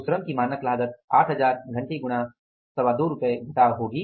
तो श्रम की मानक लागत 8000 घंटे गुणा 225 घटाव होगी